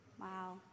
wow